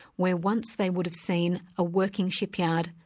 where once they would have seen a working shipyard,